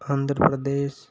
Andhra Pradesh